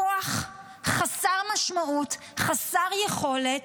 כוח חסר משמעות, חסר יכולת,